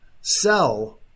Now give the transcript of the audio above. sell